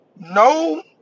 No